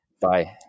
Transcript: Bye